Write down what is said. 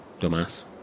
Dumbass